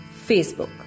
Facebook